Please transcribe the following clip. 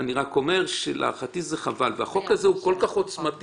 אני רק אומר שלהערכתי זה חבר והחוק הזה הוא כל כך עוצמתי.